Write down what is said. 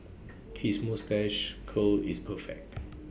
his moustache curl is perfect